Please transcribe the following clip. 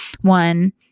one